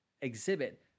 exhibit